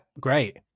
great